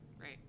Right